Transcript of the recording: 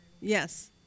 Yes